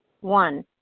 One